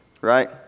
right